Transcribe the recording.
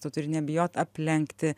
tu turi nebijot aplenkti